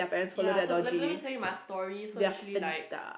ya so let let me tell you my story so actually like